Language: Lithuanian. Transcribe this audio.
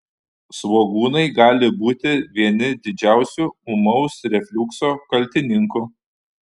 svogūnai gali būti vieni didžiausių ūmaus refliukso kaltininkų